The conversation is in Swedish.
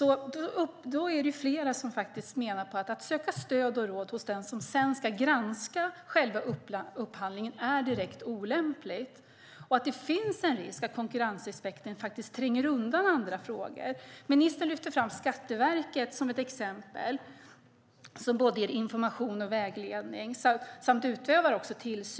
Men det är flera som menar att det är direkt olämpligt att stöd och råd ska sökas hos den som sedan ska granska själva upphandlingen och att det finns en risk att konkurrensaspekten faktiskt tränger undan andra frågor. Ministern lyfte fram Skatteverket som ett exempel som både ger information och vägledning samt utövar tillsyn.